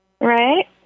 Right